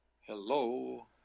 Hello